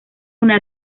una